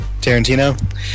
Tarantino